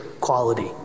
quality